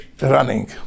running